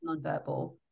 nonverbal